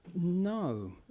No